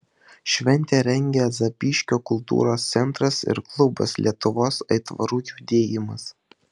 šventę rengia zapyškio kultūros centras ir klubas lietuvos aitvarų judėjimas